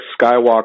Skywalker